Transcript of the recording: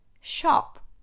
Shop